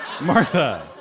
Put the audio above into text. Martha